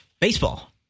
baseball